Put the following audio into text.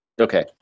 okay